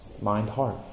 mind-heart